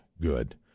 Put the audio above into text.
good